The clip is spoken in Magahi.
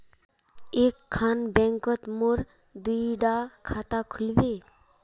एक खान बैंकोत मोर दुई डा खाता खुल बे?